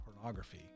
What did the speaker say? pornography